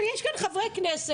אבל יש כאן חברי כנסת,